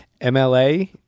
MLA